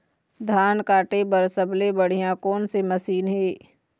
धान काटे बर सबले बढ़िया कोन से मशीन हे?